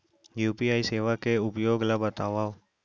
UPI सेवा के उपयोग ल बतावव?